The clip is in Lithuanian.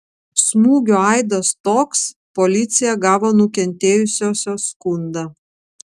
smūgio aidas toks policija gavo nukentėjusiosios skundą